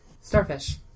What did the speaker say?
Starfish